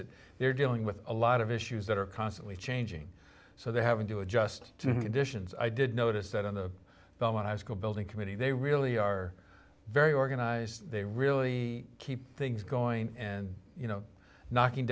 it they're dealing with a lot of issues that are constantly changing so they're having to adjust additions i did notice that in the fall when i was called building committee they really are very organized they really keep things going and you know knocking